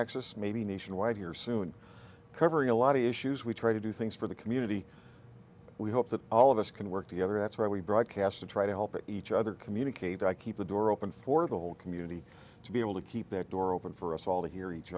access maybe nationwide here soon covering a lot of issues we try to do things for the community we hope that all of us can work together that's why we broadcast to try to help each other communicate i keep the door open for the whole community to be able to keep their door open for us all to hear each